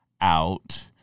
out